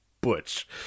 Butch